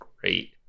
great